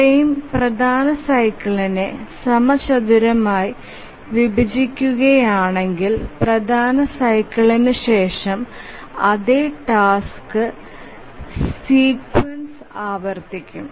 frame പ്രധാന സൈക്കിളിനെ സമചതുരമായി വിഭജിക്കുകയാണെങ്കിൽ പ്രധാന സൈക്കിളിന് ശേഷം അതേ ടാസ്ക് സീക്വൻസ് ആവർത്തിക്കും